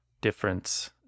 difference